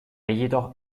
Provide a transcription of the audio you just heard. jedoch